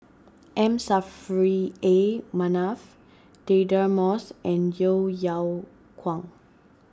M Saffri A Manaf Deirdre Moss and Yeo Yeow Kwang